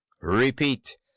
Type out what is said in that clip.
Repeat